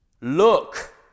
Look